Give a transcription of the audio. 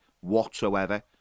whatsoever